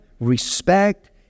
respect